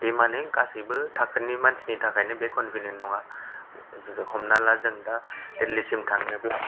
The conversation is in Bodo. बे माने गासैबो थाखोनि मानसिनि थाखायनो बे कन्भिनियेन्ट नङा हमना ला जों दा दिल्ली सिम थांनोब्ला